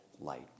light